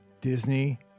Disney